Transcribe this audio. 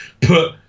put